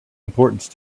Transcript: importance